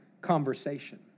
conversation